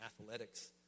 athletics